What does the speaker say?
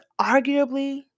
arguably